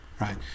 right